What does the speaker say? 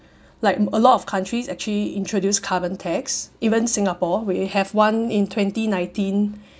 like a lot of countries actually introduce carbon tax even singapore we have one in twenty nineteen